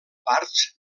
parts